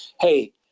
Hey